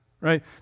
right